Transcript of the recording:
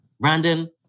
Brandon